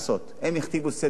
הם הכתיבו סדר-יום,